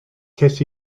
ces